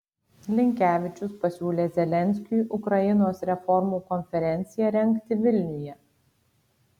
linkevičius pasiūlė zelenskiui ukrainos reformų konferenciją rengti vilniuje